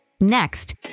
Next